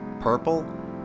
purple